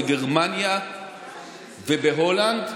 בגרמניה ובהולנד,